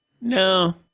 no